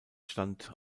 stand